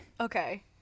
Okay